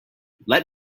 let